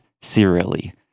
serially